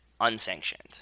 unsanctioned